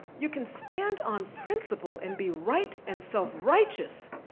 you can stand on principle and be right and self-righteous,